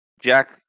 Jack